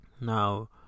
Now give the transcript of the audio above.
Now